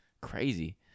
Crazy